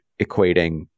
equating